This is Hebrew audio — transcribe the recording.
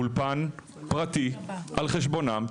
אולפן פרטי על חשבונם,